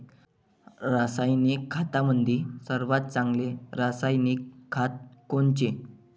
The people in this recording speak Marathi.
रासायनिक खतामंदी सर्वात चांगले रासायनिक खत कोनचे?